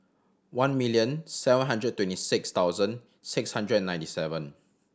one million seven hundred twenty six thousand six hundred and ninety seven